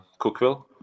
cookville